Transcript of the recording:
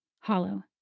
Hollow